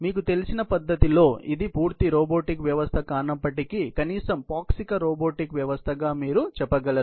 మీకు తెలిసిన పద్ధతిలో ఇది పూర్తి రోబోటిక్ వ్యవస్థ కానప్పటికీ కనీసం పాక్షిక రోబోటిక్ వ్యవస్థ గా మీరు చెప్పగలరు